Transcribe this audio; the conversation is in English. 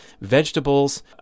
vegetables